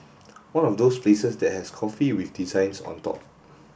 one of those places that has coffee with designs on dog